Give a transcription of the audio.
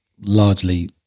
largely